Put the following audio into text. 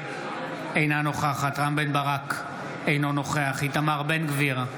אינה נוכחת רם בן ברק, אינו נוכח איתמר בן גביר,